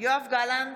יואב גלנט,